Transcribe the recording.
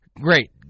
Great